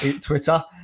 Twitter